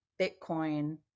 Bitcoin